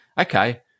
okay